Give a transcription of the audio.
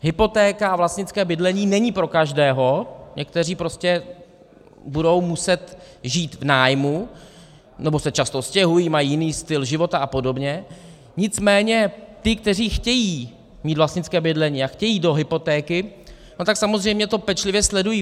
Hypotéka a vlastnické bydlení není pro každého, někteří prostě budou muset žít v nájmu nebo se často stěhují, mají jiný styl života a podobně, nicméně ti, kteří chtějí mít vlastnické bydlení a chtějí do hypotéky, tak samozřejmě to pečlivě sledují.